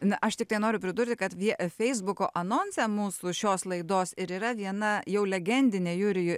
na aš tiktai noriu pridurti kad vien feisbuko anonse mūsų šios laidos ir yra viena jau legendinę jurijų